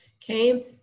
came